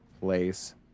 place